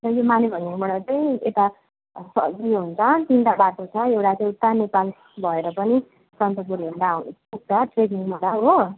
त्यहाँदेखि माने भन्ज्याङबाट चाहिँ यता उयो हुन्छ तिनवटा बाटो हुन्छ एउटा चाहिँ उता नेपाल भएर पनि सन्दकपु हेर्न आउन सकिन्छ ट्रेकिङबाट हो